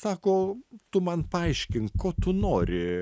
sako tu man paaiškink ko tu nori